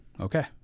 okay